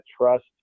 trust